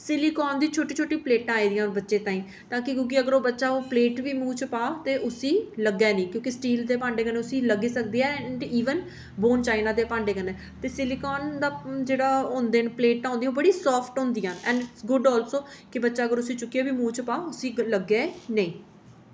silicon दी छोटी छोटी प्लेटां आए दियां बच्चें ताईं ताकि क्यूंकि अगर ओह् बच्चा ओह् प्लेट बी मुंह च पा ते उस्सी लग्गै नि क्यूंकि स्टील दे भांडे कन्नै उस्सी लग्गी सकदी ऐ ऐंड इवन बोन चाइना दे भांडे कन्नै ते सिलिकान दा जेह्ड़ा होंदे न प्लेटां होंदियां ओह् बड़ी साफ्ट होंदियां ऐंड गुड आल्सो कि बच्चा अगर उस्सी चुक्कियै बी मुंह च पा उस्सी लग्गै नेईं